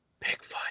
Bigfoot